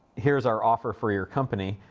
here's our offer for your company.